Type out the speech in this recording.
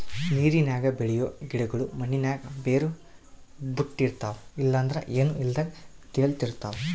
ನೀರಿನಾಗ ಬೆಳಿಯೋ ಗಿಡುಗುಳು ಮಣ್ಣಿನಾಗ ಬೇರು ಬುಟ್ಟಿರ್ತವ ಇಲ್ಲಂದ್ರ ಏನೂ ಇಲ್ದಂಗ ತೇಲುತಿರ್ತವ